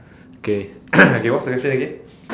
okay okay what's the question again